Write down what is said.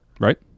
Right